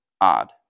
odd